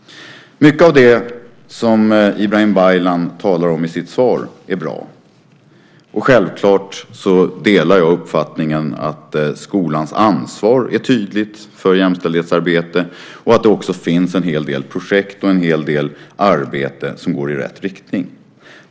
Mycket av det som Ibrahim Baylan talar om i sitt svar är bra. Självklart delar jag uppfattningen att skolans ansvar för jämställdhetsarbete är tydligt och att det finns en hel del projekt och arbeten som går i rätt riktning.